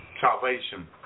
Salvation